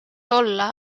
olla